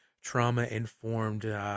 trauma-informed